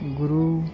ਗੁਰੂ